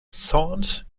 saint